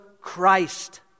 Christ